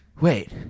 wait